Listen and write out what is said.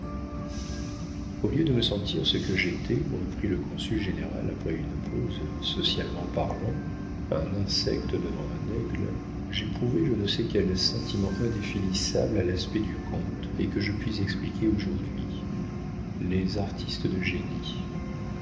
au lieu de me sentir ce que j'étais reprit le consul général après une pause socialement parlant un insecte devant un aigle j'éprouvai je ne sais quel sentiment indéfinissable à l'aspect du comte et que je puis expliquer aujourd'hui les artistes de génie